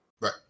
right